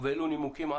ובאילו נימוקים,